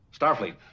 Starfleet